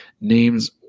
names